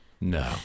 No